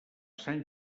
sant